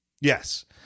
Yes